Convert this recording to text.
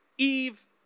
Eve